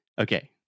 Okay